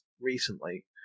recently